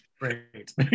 Great